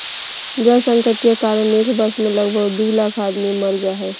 जल संकट के कारण एक वर्ष मे लगभग दू लाख आदमी मर जा हय